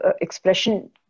expression